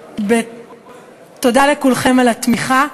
תודה לכולכם על התמיכה.